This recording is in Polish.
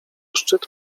szczyt